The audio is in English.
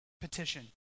petition